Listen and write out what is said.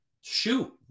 shoot